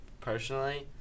personally